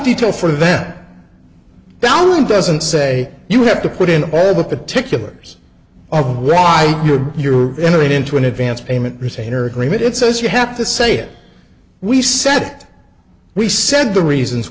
detail for that down doesn't say you have to put in all the particulars of why you're you're entering into an advance payment retainer agreement it says you have to say it we said we sent the reasons